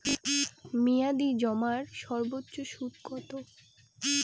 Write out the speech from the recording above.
মেয়াদি জমার সর্বোচ্চ সুদ কতো?